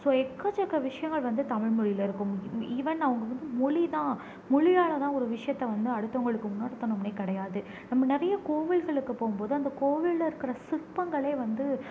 so எக்கச்சக்க விஷயங்கள் வந்து தமிழ்மொழியில இருக்கும் ஈவன் அவங்க வந்து மொழி தான் மொழியால் தான் ஒரு விஷயத்தை வந்து அடுத்தவங்களுக்கு உணர்த்தனும்னே கிடையாது நம்ம நிறைய கோவில்களுக்கு போகும்போது அந்த கோவில்ல இருக்கிற சிற்பங்களே வந்து